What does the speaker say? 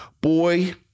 Boy